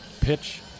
Pitch